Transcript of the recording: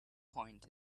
point